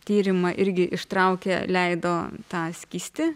tyrimą irgi ištraukė leido tą skystį